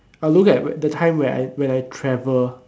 I look at the time where I when I travel